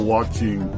watching